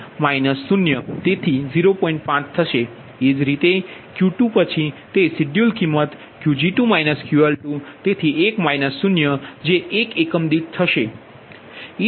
એ જ રીતે Q2 પછી તે શેડ્યૂલ કિંમત Qg2 QL2 તેથી 1 0 જે 1 એકમ દીઠ છે